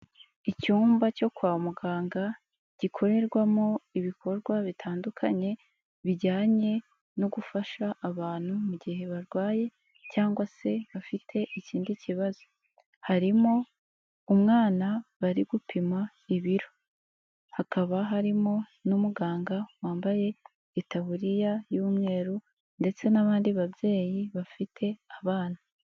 Icyumba cyo kwa muganga gikorerwamo ibikorwa bitandukanye bijyanye no gufasha abantu mu gihe barwaye cyangwa se bafite ikindi kibazo, harimo umwana bari gupima ibiro, hakaba harimo n'umuganga wambaye itaburiya y'umweru ndetse n'abandi babyeyi bafite abana.